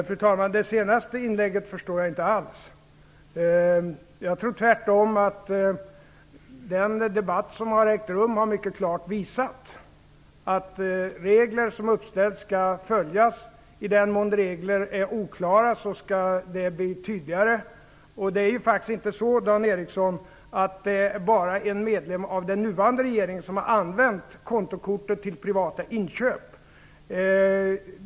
Fru talman! Det senaste inlägget förstår jag inte alls. Jag tror tvärtom att den debatt som ägt rum mycket klart har visat att regler som uppställts skall följas. I den mån regler är oklara skall de bli tydligare. Det är faktiskt inte så, Dan Ericsson, att det bara är en medlem av den nuvarande regeringen som har använt kontokortet till privata inköp.